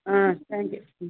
ஆ thank you ம்